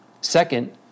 Second